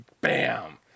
Bam